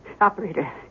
Operator